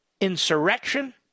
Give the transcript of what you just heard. insurrection